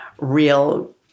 real